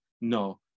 No